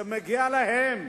שמגיע להם